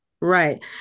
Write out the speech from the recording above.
Right